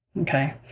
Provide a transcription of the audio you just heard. Okay